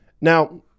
now